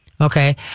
okay